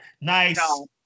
Nice